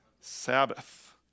Sabbath